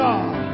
God